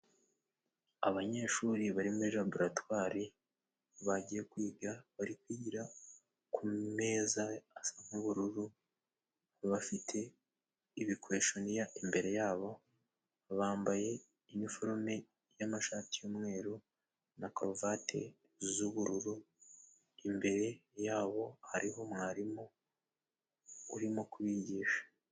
Abanyeshuri bari muri laboratwari bagiye kwiga, bari kwigira ku meza asa nk'ubururu, bafite ibikweshoniya imbere yabo, bambaye iniforome y'amashati y'umweru na karuvati z'ubururu, imbere yabo hariho mwarimu urimo kubigisha.